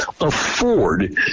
afford